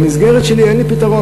במסגרת שלי אין לי פתרון.